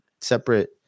separate